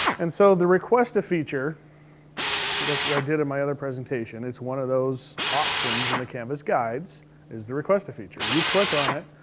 and so the request a feature, if you look what i did at my other presentation, it's one of those options in the canvas guides is the request a feature. you click on it.